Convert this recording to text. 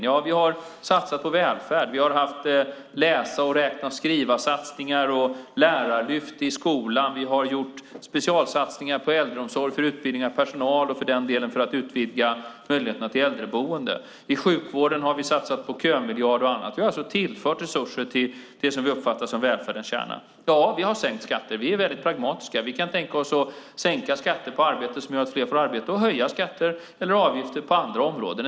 Ja, vi har satsat på välfärd, vi har haft läsa-räkna-skriva-satsningar, lärarlyft i skolan, vi har gjort specialsatsningar på äldreomsorg för utbildning av personal och för den delen för att utvidga möjligheterna till äldreboende. I sjukvården har vi satsat på kömiljard och annat. Vi har alltså tillfört resurser till det som vi uppfattar som välfärdens kärna. Ja, vi har sänkt skatter. Vi är väldigt pragmatiska. Vi kan tänka oss att sänka skatten på arbete som gör att fler får arbete och höja skatter eller avgifter på andra områden.